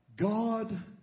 God